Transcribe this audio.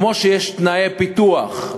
כמו שיש תנאי פיתוח,